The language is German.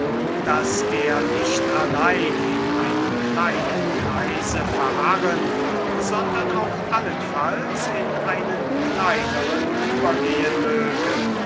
daß er nicht allein in einem kleinen kreise verharren sondern auch allenfalls in einen kleineren übergehen möge